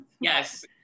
Yes